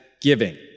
giving